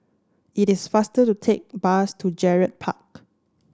it is faster to take bus to Gerald Park